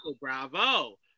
bravo